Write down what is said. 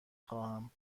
خواهم